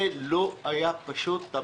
זה לא היה פשוט.